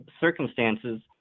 circumstances